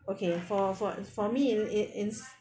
okay for for for me in in ins